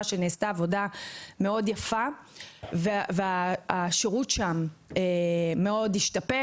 שנעשתה עבודה יפה מאוד והשירות שם השתפר מאוד.